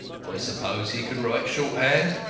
i suppose he can write shorthand.